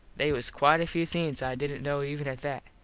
they was quite a few things i didnt kno even at that.